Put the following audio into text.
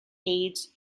aids